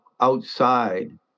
outside